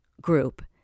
group